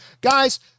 guys